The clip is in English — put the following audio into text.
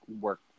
work